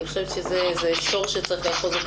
אני חושבת שזה שורש שצריך לאחוז אותו